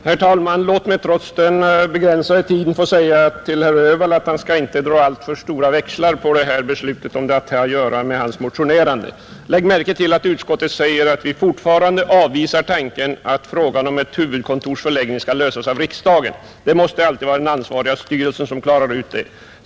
Herr talman! Låt mig trots den begränsade tiden få säga till herr Öhvall att han inte skall dra allt för stora växlar på det förhållandet att detta beslut skulle ha samband med hans motionerande. Lägg märke till att utskottet säger att vi fortfarande avvisar tanken att frågan om ett huvudkontors förläggning skall lösas av riksdagen. Det måste alltid vara den ansvariga styrelsen som klarar ut det.